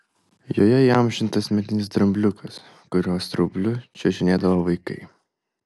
joje įamžintas medinis drambliukas kurio straubliu čiuožinėdavo vaikai